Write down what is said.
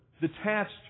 detached